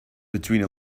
between